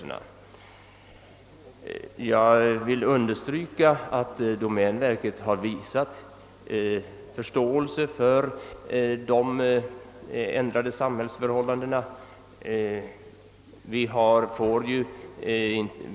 Jag understryker att domänverket har visat förståelse för de ändrade samhällsförhållandena.